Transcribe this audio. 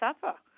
suffer